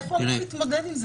איך הוא אמור להתמודד עם זה?